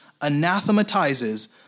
anathematizes